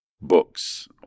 books